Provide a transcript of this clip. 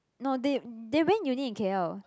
no they they went uni in K_L